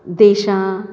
देशां